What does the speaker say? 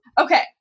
Okay